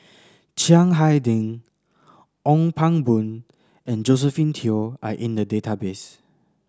Chiang Hai Ding Ong Pang Boon and Josephine Teo are in the database